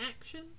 action